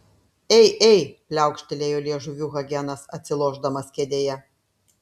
ei ei pliaukštelėjo liežuviu hagenas atsilošdamas kėdėje